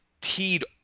teed